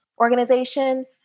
organization